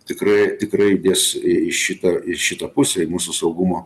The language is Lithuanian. tikrai tikrai dės į į šitą ir šitą pusę į mūsų saugumo